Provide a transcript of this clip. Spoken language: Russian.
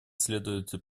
следует